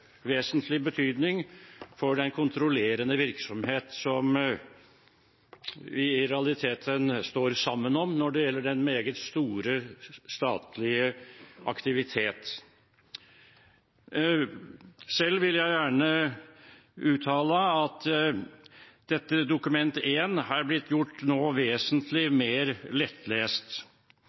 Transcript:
vesentlig betydning, synes jeg, for den kontrollerende virksomheten, som vi i realiteten står sammen om når det gjelder den meget store statlige aktivitet. Selv vil jeg gjerne uttale at dette Dokument 1 nå er blitt gjort vesentlig mer lettlest.